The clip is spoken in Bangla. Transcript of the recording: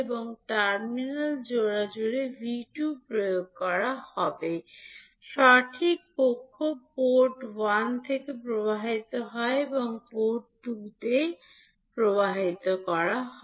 এবং টার্মিনাল জোড়া জুড়ে 𝐕2 প্রয়োগ করা হবে সঠিক পক্ষ পোর্ট 1 থেকে প্রবাহিত হয় এবং পোর্ট 2 থেকে প্রবাহিত হয়